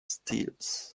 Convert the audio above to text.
steels